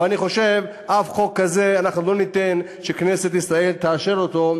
ואני חושב שאנחנו לא ניתן שכנסת ישראל תאשר אף חוק כזה,